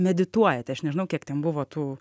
medituojate aš nežinau kiek ten buvo tų